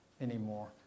anymore